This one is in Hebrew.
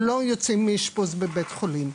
שלא יוצאים מאשפוז בבית חולים.